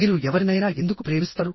మీరు ఎవరినైనా ఎందుకు ప్రేమిస్తారు